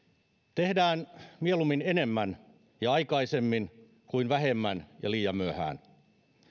tehdään mieluummin enemmän ja aikaisemmin kuin vähemmän ja liian myöhään